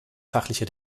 fachliche